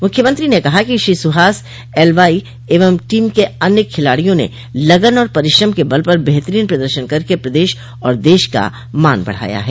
मुख्यमंत्री ने कहा कि श्री सुहास एलवाई एवं टीम के अन्य खिलाड़ियों ने लगन और परिश्रम के बल पर बेहतरीन प्रदर्शन करके प्रदेश और देश का मान बढ़ाया है